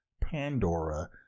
Pandora